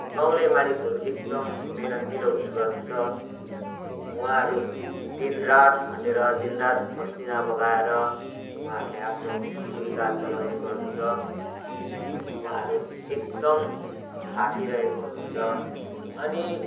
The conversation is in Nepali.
गाउँले मानिसहरू एकदम मेहनतिलो हुने गर्दछ उहाँहरू दिनरात खटेर दिनरात पसिना बगाएर उहाँहरूले आफ्नो जीविका चलाउने गर्दछ अनि उहाँहरू एकदम थाकिरहेको हुनुहुन्छ अनि